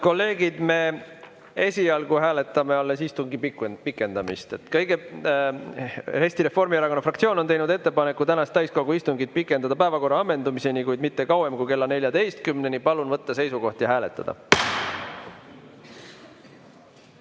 kolleegid, me esialgu hääletame alles istungi pikendamist. Eesti Reformierakonna fraktsioon on teinud ettepaneku tänast täiskogu istungit pikendada päevakorra ammendumiseni, kuid mitte kauem kui kella 14-ni. Palun võtta seisukoht ja hääletada!